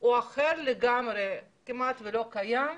הוא אחר לגמרי והוא כמעט ולא קיים,